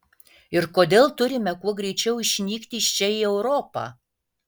ir kodėl turime kuo greičiau išnykti iš čia į europą